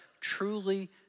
truly